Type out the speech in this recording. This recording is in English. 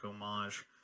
homage